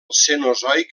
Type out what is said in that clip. cenozoic